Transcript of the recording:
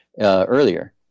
earlier